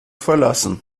verlassen